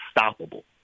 unstoppable